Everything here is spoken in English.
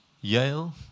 Yale